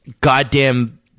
goddamn